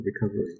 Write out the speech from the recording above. recovery